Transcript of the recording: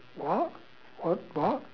what what what